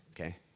Okay